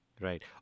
Right